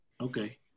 okay